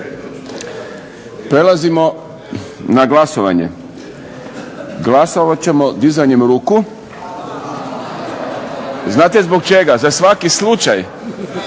Prelazimo na glasovanje, glasati će dizanjem ruku. Znate zbog čega? Za svaki slučaj.